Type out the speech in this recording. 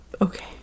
Okay